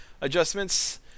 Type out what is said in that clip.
adjustments